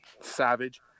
Savage